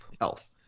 Health